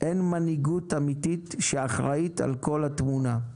אין מנהיגות אמיתית שאחראית על כל התמונה.